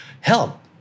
help